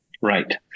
Right